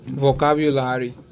vocabulary